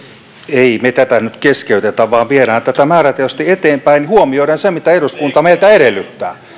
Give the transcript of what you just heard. emme me tätä nyt keskeytä vaan viemme tätä määrätietoisesti eteenpäin huomioiden sen mitä eduskunta meiltä edellyttää